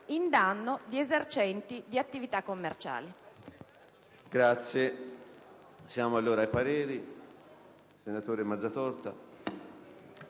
in danno di esercenti di attività commerciali.